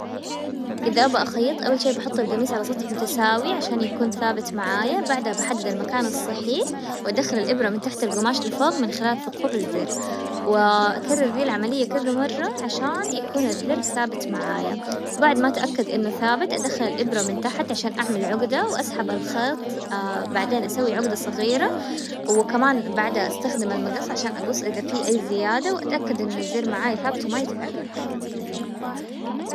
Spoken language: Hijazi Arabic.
اذا ابغى اخيط اول شي بحط القميص على سطح متساوي عشان يكون ثابت معايا، بعدها بحدد المكان الصحيح، وادخل الابرة من تحت القماش لفوق من خلال ثقوب الزر، واكرر دي العملية كذا مرة عشان يكون الذر ثابت معايا، بعد ما اتأكد انه ثابت ادخل الابرة من تحتن اعمل عقدة واسحب الخط، بعدين اسوي عقدة صغيرة، وكمان بعدها استخدم المقص عشان اقص اذا في اي زيادة، واتأكد ان الزر معاي ثابت وما يتحرك.